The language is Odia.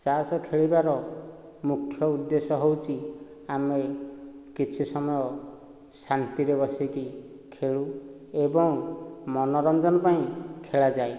ତାସ୍ ଖେଳିବାର ମୁଖ୍ୟ ଉଦ୍ଦେଶ୍ୟ ହେଉଛି ଆମେ କିଛି ସମୟ ଶାନ୍ତିରେ ବସିକି ଖେଳୁ ଏବଂ ମନୋରଞ୍ଜନ ପାଇଁ ଖେଳାଯାଏ